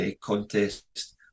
Contest